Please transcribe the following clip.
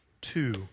Two